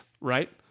right